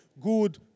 good